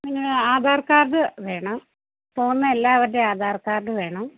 നിങ്ങളുടെ ആധാർ കാർഡ് വേണം പോകുന്ന എല്ലാവരുടെയും ആധാർ കാർഡ് വേണം